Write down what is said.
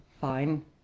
fine